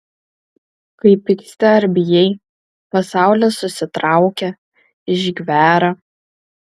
kai pyksti ar bijai pasaulis susitraukia išgvęra